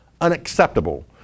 unacceptable